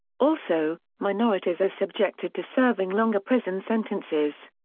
also minorities are subjected to serving longer prison sentences.